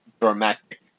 dramatic